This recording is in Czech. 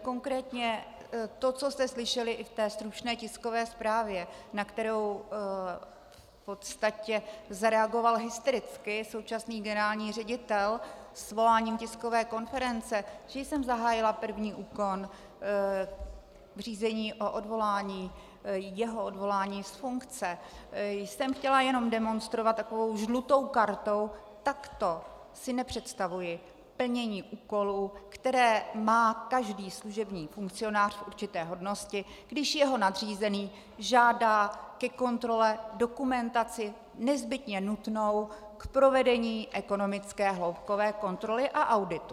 Konkrétně to, co jste slyšeli i v té stručné tiskové zprávě, na kterou v podstatě zareagoval hystericky současný generální ředitel svoláním tiskové konference, že jsem zahájila první úkon v řízení o jeho odvolání z funkce, jsem chtěla jenom demonstrovat takovou žlutou kartou: Takto si nepředstavuji plnění úkolů, které má každý služební funkcionář v určité hodnosti, když jeho nadřízený žádá ke kontrole dokumentaci nezbytně nutnou k provedení ekonomické hloubkové kontroly a auditu.